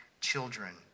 children